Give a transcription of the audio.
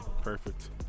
Perfect